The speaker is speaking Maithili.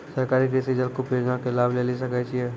सरकारी कृषि जलकूप योजना के लाभ लेली सकै छिए?